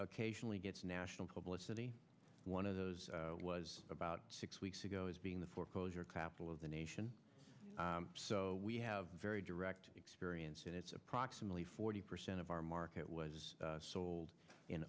occasionally gets national publicity one of those was about six weeks ago as being the foreclosure capital of the nation so we have very direct experience and it's approximately forty percent of our market was sold in